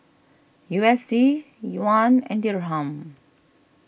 U S D Yuan and Dirham